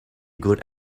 good